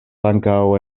ankaŭ